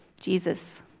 Jesus